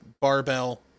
barbell